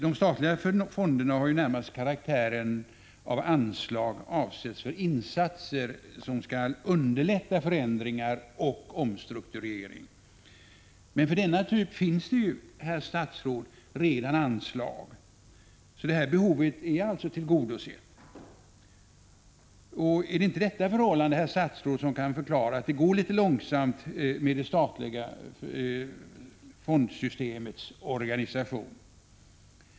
De statliga fonderna har närmast karaktären av anslag avsedda för insatser som skall underlätta förändringar och omstrukturering. Men för denna typ finns det, herr statsråd, redan anslag, så det behovet är alltså tillgodosett. Är det inte det förhållandet som kan förklara att det går litet långsamt med det statliga fondsystemets organisation?